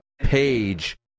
page